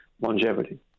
longevity